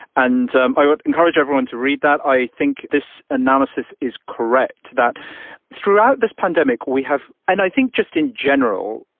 and um i would encourage everyone to read that. i think this analysis is correct, that throughout this pandemic we have and i think just in general,